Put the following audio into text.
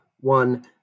one